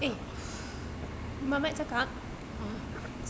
eh muhammad cakap